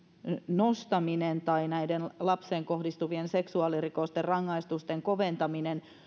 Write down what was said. nostaminen näiden lapseen kohdistuvien seksuaalirikosten rangaistusten koventaminen